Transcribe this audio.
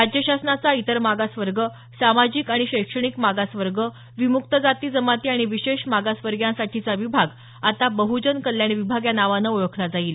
राज्य शासनाचा इतर मागास वर्ग सामाजिक आणि शैक्षणिक मागास वर्ग विमुक्त जाती जमाती आणि विशेष मागासवर्गियांसाठीचा विभाग आता बहजन कल्याण विभाग या नावानं ओळखला जाईल